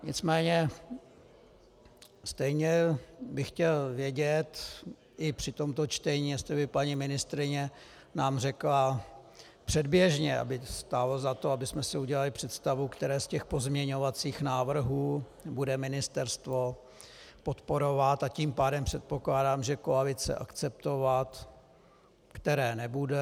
Nicméně stejně bych chtěl vědět i při tomto čtení, jestli by nám paní ministryně řekla předběžně, stálo by za to, abychom si udělali představu, které z těch pozměňovacích návrhů bude ministerstvo podporovat, a tím pádem předpokládám, že koalice akceptovat, a které nebude.